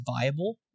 viable